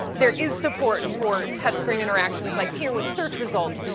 there is support for touch screen interactions like here, with search results,